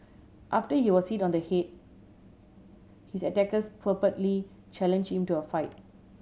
after he was hit on the head his attackers purportedly challenge him to a fight